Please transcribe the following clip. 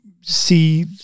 see